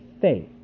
faith